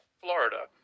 Florida